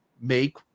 make